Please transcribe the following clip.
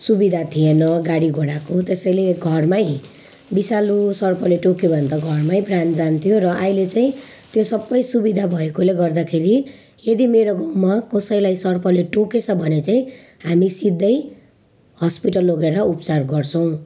सुविधा थिएन गाडी घोडाको त्यसैले घरमै विषालु सर्पले टोक्यो भने त घरमै प्राण जान्थ्यो र अहिले चाहिँ त्यो सबै सुविधा भएकोले गर्दाखेरि यदि मेरो गाउँमा कसैलाई सर्पले टोकेछ भने चाहिँ हामी सिधै हस्पिटल लगेर उपचार गर्छौँ